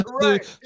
right